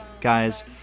guys